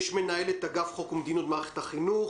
יש את מנהלת אגף חוק ומדיניות במערכת החינוך,